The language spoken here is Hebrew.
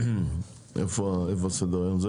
איפה סדר היום?